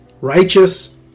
righteous